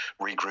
regroup